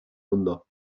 wunder